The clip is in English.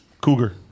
Cougar